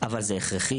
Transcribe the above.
אבל זה הכרחי,